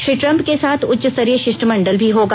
Shri Trump के साथ उच्चस्तरीय शिष्टमंडल भी होगा